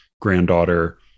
granddaughter